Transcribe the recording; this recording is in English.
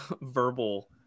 verbal